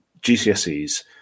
GCSEs